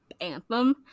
anthem